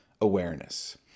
awareness